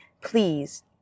please